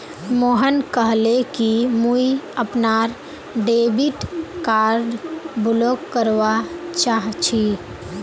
मोहन कहले कि मुई अपनार डेबिट कार्ड ब्लॉक करवा चाह छि